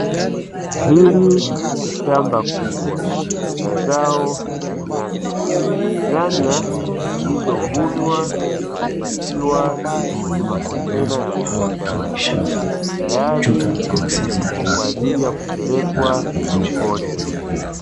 Hili ni shamba kubwa la zao la nyanya nyanya zilizovunwa na kupakiwa kwenye makontena ya plastiki, tayari kwa aajili ya kupelekwa sokoni.